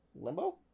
limbo